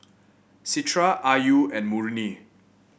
Citra Ayu and Murni